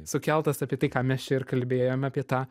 sukeltas apie tai ką mes čia ir kalbėjome apie tą